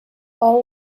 all